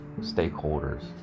stakeholders